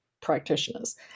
practitioners